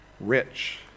rich